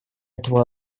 этого